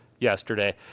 yesterday